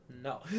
no